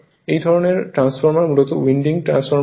এই ধরনের ট্রান্সফরমার মূলত উইন্ডিং ট্রান্সফরমার হয়